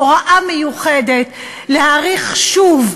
הוראה מיוחדת להאריך שוב.